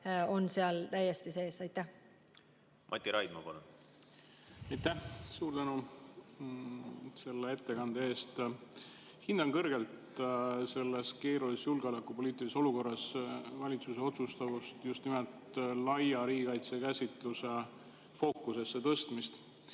on seal täiesti sees. Mati Raidma, palun! Aitäh! Suur tänu ettekande eest! Hindan kõrgelt selles keerulises julgeolekupoliitilises olukorras valitsuse otsustavust, just nimelt laia riigikaitse käsitluse fookusesse tõstmist,